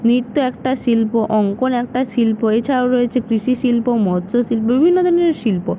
নৃত্য একটা শিল্প অঙ্কন একটা শিল্প এছাড়াও রয়েছে কৃষি শিল্প মৎস্য শিল্প বিভিন্ন ধরনের শিল্প